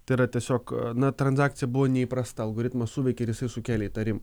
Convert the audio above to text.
tai yra tiesiog na transakcija buvo neįprasta algoritmas suveikė sukėlė įtarimų